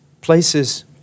places